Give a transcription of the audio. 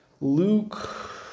Luke